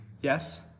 Yes